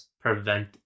prevent